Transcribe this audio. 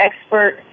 expert